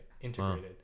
integrated